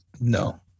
no